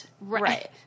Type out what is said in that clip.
right